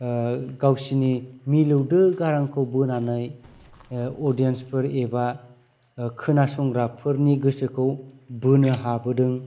गावसिनि मिलौदो गारांखौ बोनानै अदियेन्सफोर एबा खोनासंग्राफोरनि गोसोखौ बोनो हाबोदों